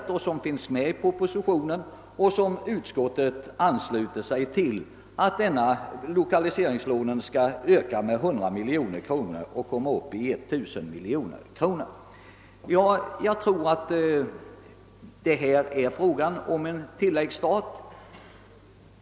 Det är nämligen på dess grund som det i propositionen föreslås, vilket utskottsmajoriteten ansluter sig till, att lokaliseringslånen skall ökas med 100 miljoner kronor och alltså stiga till 1 miljard kronor. Här är det helt enkelt fråga om en tilläggsstat.